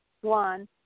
one